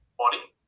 body